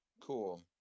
Cool